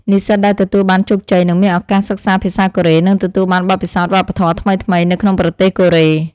និស្សិតដែលទទួលបានជោគជ័យនឹងមានឱកាសសិក្សាភាសាកូរ៉េ និងទទួលបានបទពិសោធន៍វប្បធម៌ថ្មីៗនៅក្នុងប្រទេសកូរ៉េ។